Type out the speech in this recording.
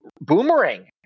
boomerang